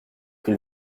pris